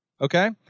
Okay